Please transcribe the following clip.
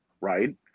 right